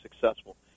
successful